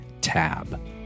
tab